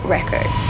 Record